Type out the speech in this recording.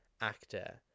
actor